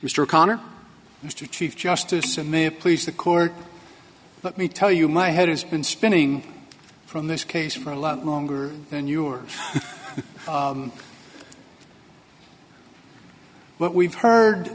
mr o'connor mr chief justice and may please the court let me tell you my head has been spinning from this case for a lot longer than yours but we've heard